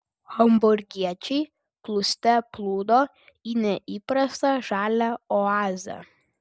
hamburgiečiai plūste plūdo į neįprastą žalią oazę